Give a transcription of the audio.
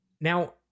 Now